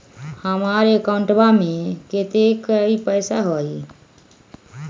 हमार अकाउंटवा में कतेइक पैसा हई?